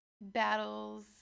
battles